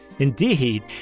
Indeed